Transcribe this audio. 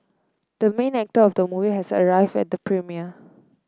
the main actor of the movie has arrived at the premiere